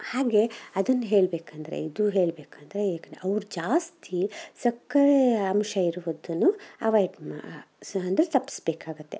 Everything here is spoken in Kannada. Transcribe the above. ಹಾಗೆ ಅದನ್ನು ಹೇಳ್ಬೇಕಂದರೆ ಇದು ಹೇಳ್ಬೇಕಂದರೆ ಈಗ ಅವ್ರು ಜಾಸ್ತಿ ಸಕ್ಕರೆ ಅಂಶ ಇರುವುದನ್ನು ಅವಾಯ್ಡ್ ಮಾ ಸ ಅಂದರೆ ತಪ್ಸ್ಬೇಕಾಗತ್ತೆ